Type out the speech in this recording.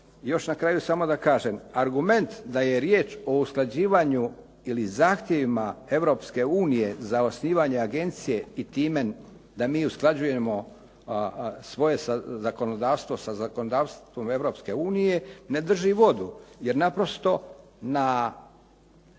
Još na kraju samo da kažem, argument da je riječ o usklađivanju ili zahtjevima Europske unije za osnivanje agencije i time da mi usklađujemo svoje zakonodavstvo sa zakonodavstvom Europske unije ne drži vodu, jer naprosto na